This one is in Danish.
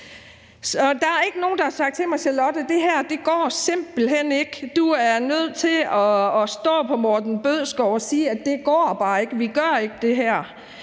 der er ikke nogen, der har sagt til mig: Charlotte, det her går simpelt hen ikke; du er nødt til at stå over for erhvervsministeren og sige, at det går bare ikke; vi gør ikke det her.